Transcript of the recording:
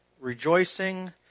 rejoicing